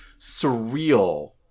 surreal